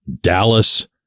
Dallas